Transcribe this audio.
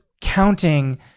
counting